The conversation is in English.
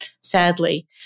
sadly